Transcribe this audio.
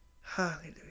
hallelujah